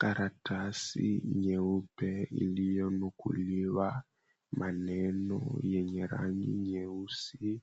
Karatasi nyeupe iliyonukuliwa maneno yenye rangi nyeusi